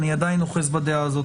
אני עדיין אוחז בדעה הזו.